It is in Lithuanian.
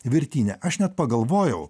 virtinė aš net pagalvojau